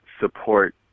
support